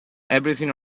everything